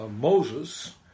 moses